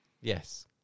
Yes